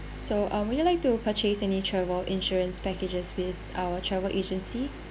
so um would you like to purchase any travel insurance packages with our travel agency